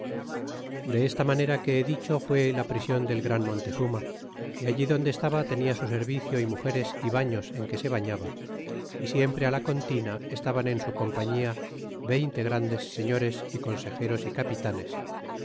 y desta manera que he dicho fue la prision del gran montezuma y allí donde estaba tenia su servicio y mugeres y baños en que se bañaba y siempre la contina estaban en su compañia veinte grandes señores y consejeros y capitanes